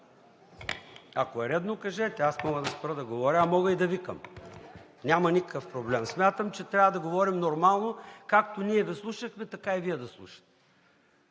Ако е редно, кажете? Аз мога да спра да говоря, а мога и да викам. Няма никакъв проблем. Смятам, че трябва да говорим нормално. Както ние Ви слушахме, така и Вие да слушате.